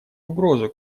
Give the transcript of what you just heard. угрозу